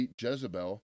Jezebel